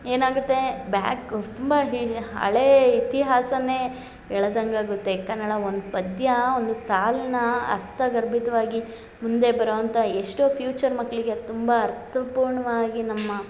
ಏನಾಗುತ್ತೆ ಬ್ಯಾಕ್ ತುಂಬಾ ಹೀ ಹಳೇ ಇತಿಹಾಸನೆ ಹೇಳ್ದಂಗ್ ಆಗುತ್ತೆ ಕನ್ನಡ ಒಂದು ಪದ್ಯ ಒಂದು ಸಾಲನ್ನ ಅರ್ಥಗರ್ಭಿತ್ವಾಗಿ ಮುಂದೆ ಬರೋಂಥ ಎಷ್ಟೋ ಫ್ಯೂಚರ್ ಮಕ್ಕಳಿಗೆ ತುಂಬಾ ಅರ್ಥ ಪೂರ್ಣವಾಗಿ ನಮ್ಮ